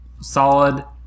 solid